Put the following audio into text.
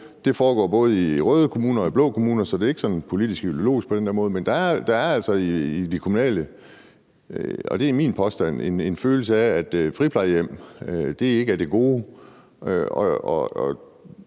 det foregår både i røde kommuner og i blå kommuner, så det er ikke sådan politisk ideologisk på den måde, men der er altså i det kommunale – og det er min påstand – en følelse af, at friplejehjem ikke er af det gode.